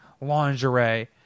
lingerie